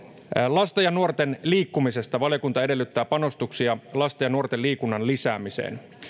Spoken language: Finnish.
lasten ja nuorten liikkumisesta valiokunta edellyttää panostuksia lasten ja nuorten liikunnan lisäämiseen